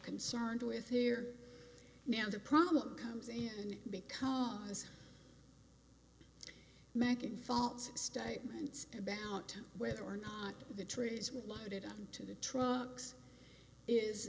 concerned with here now the problem comes in because making false statements about whether or not the trees were lighted on to the trucks is